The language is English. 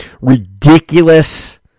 Ridiculous